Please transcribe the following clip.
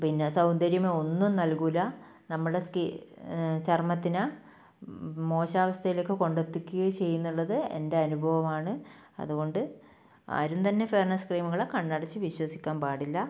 പിന്നെ സൗന്ദര്യമോ ഒന്നും നൽകൂല്ല നമ്മുടെ സ്കിൻ ചർമ്മത്തിനെ മോശം അവസ്ഥയിലേക്ക് കൊണ്ടെത്തിക്കുകയെ ചെയ്യുമെന്നുള്ളത് എൻ്റെ അനുഭവമാണ് അതുകൊണ്ട് ആരും തന്നെ ഫെയർനെസ് ക്രീമുകളെ കണ്ണടച്ച് വിശ്വസിക്കാൻ പാടില്ല